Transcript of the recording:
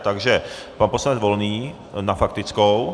Takže pan poslanec Volný na faktickou.